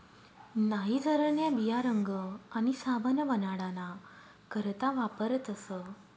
नाइजरन्या बिया रंग आणि साबण बनाडाना करता वापरतस